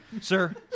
Sir